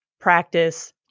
practice